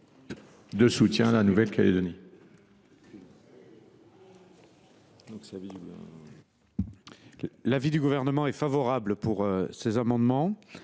de soutien à la Nouvelle Calédonie.